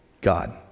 God